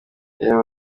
reba